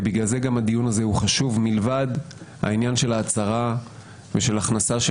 ובגלל הדיון הזה חשוב מלבד העניין של ההצהרה ושל ההכנסה של